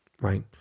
Right